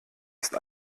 ist